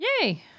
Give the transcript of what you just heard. Yay